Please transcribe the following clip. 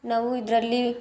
ನಾವು ಇದರಲ್ಲಿ